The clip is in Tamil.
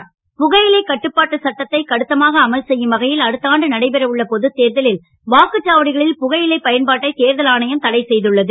தேர்தல் ஆணையம் புகையிலை கட்டுப்பாட்டுச் சட்டத்தை கடுத்தமாக அமல் செய்யும் வகையில் அடுத்த ஆண்டு நடைபெற உள்ள பொதுத் தேர்தலில் வாக்குச் சாவடிகளில் புகை இலைப் பயன்பாட்டை தேர்தல் ஆணையம் தடை செய்துள்ளது